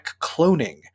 cloning